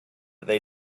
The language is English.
they